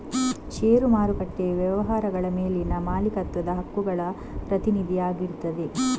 ಷೇರು ಮಾರುಕಟ್ಟೆಯು ವ್ಯವಹಾರಗಳ ಮೇಲಿನ ಮಾಲೀಕತ್ವದ ಹಕ್ಕುಗಳ ಪ್ರತಿನಿಧಿ ಆಗಿರ್ತದೆ